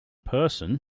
person